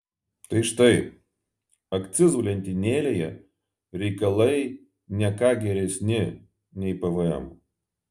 tai štai akcizų lentynėlėje reikalai ne ką geresni nei pvm